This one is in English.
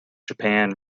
japan